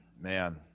Man